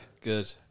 Good